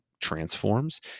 transforms